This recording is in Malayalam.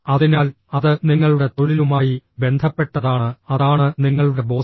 അതിനാൽ അത് നിങ്ങളുടെ തൊഴിലുമായി ബന്ധപ്പെട്ടതാണ് അതാണ് നിങ്ങളുടെ ബോസ്